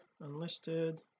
unlisted